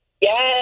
Yes